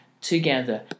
together